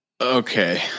Okay